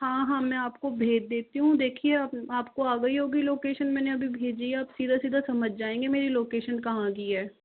हाँ हाँ मैं आप को भेज देती हूँ देखिए आपको आ गई होगी लोकेशन मैंने अभी भेजी है आप सीधा सीधा समझ जाएंगे मेरी लोकेशन कहाँ की है